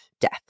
death